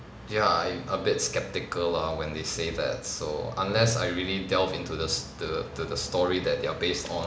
ya I'm a bit sceptical lah when they say that so unless I really delve into the s~ the the the story that they're based on